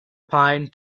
pine